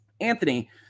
Anthony